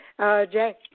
Jay